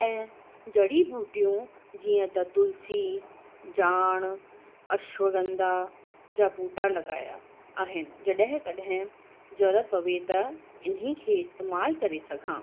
ऐं जड़ी बूटियूं जीअं त तुलसी जाण अश्वगंधा जा बूटा लॻाया आहिनि जॾहिं कॾहिं ज़रूरत पवे त इन्हीअ खे इस्तेमालु करे सघां